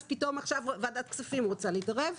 אז פתאום עכשיו ועדת הכספים רוצה להתערב?